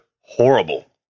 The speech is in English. horrible